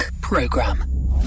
Program